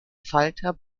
falter